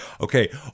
okay